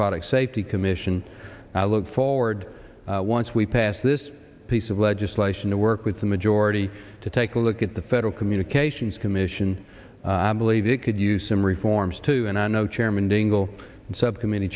product safety commission i look forward once we pass this piece of legislation to work with the majority to take a look at the federal communications commission i believe it could use some reforms too and i know chairman dingell and subcommittee